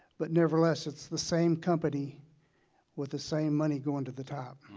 but nevertheless it's the same company with the same money going to the top.